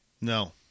No